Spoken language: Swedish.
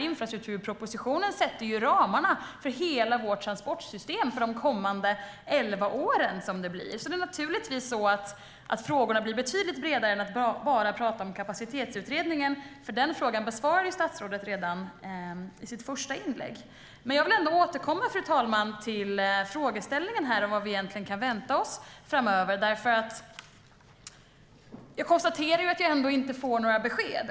Infrastrukturpropositionen sätter ramarna för hela vårt transportsystem för de kommande elva åren. Frågorna blir betydligt bredare än att bara tala om kapacitetsutredningen. Den frågan besvarade statsrådet redan i sitt första inlägg. Jag vill ändå återkomma, fru talman, till frågeställningen om vad vi egentligen kan vänta oss framöver. Jag konstaterar att jag inte får några besked.